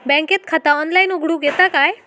बँकेत खाता ऑनलाइन उघडूक येता काय?